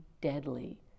deadly